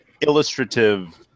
illustrative